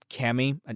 Kami